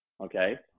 okay